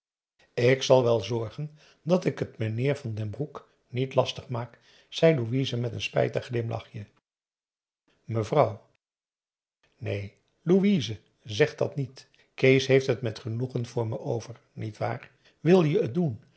ik zal wel zorgen dat ik het meneer van den broek niet lastig maak zei louise met een spijtig glimlachje mevrouw neen louise zeg dat niet kees heeft het met genoegen voor me over niet waar wil je het doen